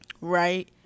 right